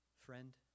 Friend